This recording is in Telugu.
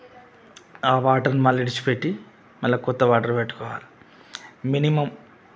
ఆ వాటర్ మళ్ళా విడిచిపెట్టి మళ్ళా కొత్త వాటర్ పెట్టుకోవాలి మినిమమ్